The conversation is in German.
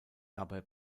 dabei